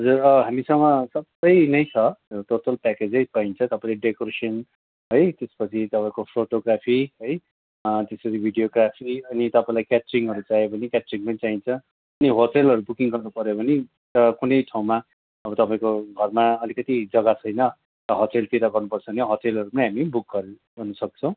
हजुर हामीसँग सबै नै छ टोटल प्याकेजै पाइन्छ तपाईँले डेकोरेसन है त्यसपछि तपाईँको फोटोग्राफी है त्यसपछि भिडियोग्राफी अनि तपाईँलाई क्याट्रिङहरू चाहियो भने क्याट्रिङ पनि चाहिन्छ अनि होटलहरू बुकिङ गर्नु पऱ्यो भने कुनै ठाउँमा अब तपाईँको घरमा अलिकति जग्गा छैन होटलतिर गर्नु पर्छ भने होटलहरू पनि हामी बुक गर्दिन् गर्नुसक्छौँ